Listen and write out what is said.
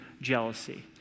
jealousy